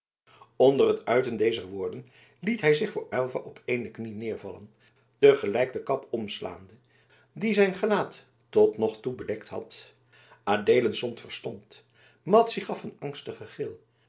onder het uiten dezer woorden liet hij zich voor aylva op de eene knie neervallen te gelijk den kap omslaande die zijn gelaat tot nog toe bedekt had adeelen stond verstomd madzy gaf een